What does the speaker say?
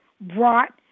brought